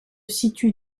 situe